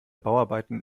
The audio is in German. bauarbeiten